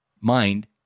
mind